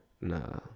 Nah